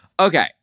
Okay